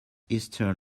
eastern